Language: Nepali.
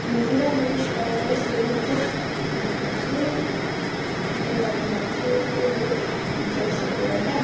हिन्दी र इङ्ग्लिस प्राय प्राय सेमै हुन्छ अन्त चाहिँ नेपालीमा चाहिँ त्यही भयो ड्रेसहरूले गर्दा